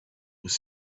was